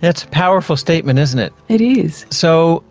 that's a powerful statement, isn't it. it is. so